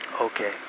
Okay